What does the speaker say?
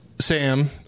Sam